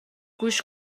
گوش